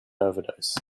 overdose